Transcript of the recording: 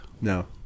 No